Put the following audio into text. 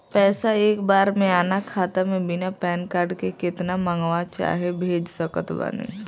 पैसा एक बार मे आना खाता मे बिना पैन कार्ड के केतना मँगवा चाहे भेज सकत बानी?